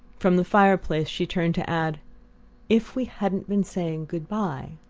from the fireplace she turned to add if we hadn't been saying good-bye?